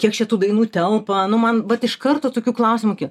kiek čia tų dainų telpa nu man vat iškarto tokių klausimų ky